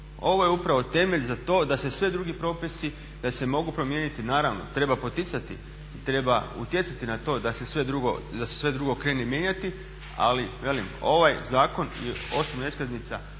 Ovo je upravo temelj za to da se svi drugi propisi da se mogu promijeniti. Naravno treba poticati i treba utjecati da se sve drugo krene mijenjati, ali velim ovaj zakon i osobna iskaznica